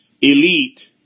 elite